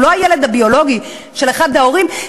שהוא לא הילד הביולוגי של אחד ההורים,